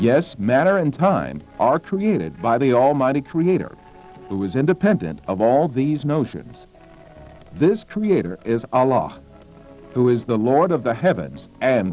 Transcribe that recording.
yes matter and time are created by the almighty creator who is independent of all these notions this creator is a law who is the lord of the h